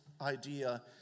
idea